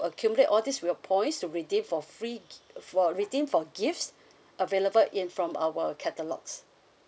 accumulate all these reward points to redeem for free gi~ for redeem for gifts available in from our catalogues